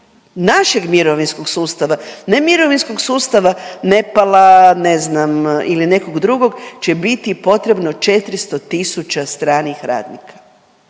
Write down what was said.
našeg mirovinskog sustava, ne mirovinskog sustava Nepala, ne znam ili nekog drugog, će biti potrebno 400 tisuća stranih radnika.